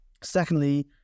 Secondly